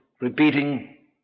repeating